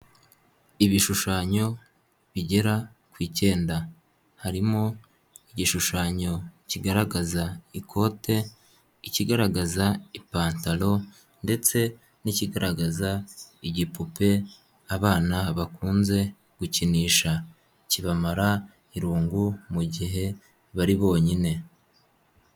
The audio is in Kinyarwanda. Ibishushanyo bigera ku ikenda harimo: igishushanyo kigaragaza ikote, ikigaragaza ipantalo ndetse n'ikigaragaza igipupe, abana bakunze gukinisha. Kibamara irungu mu gihe bari bonyine.